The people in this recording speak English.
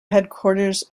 headquarters